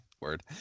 word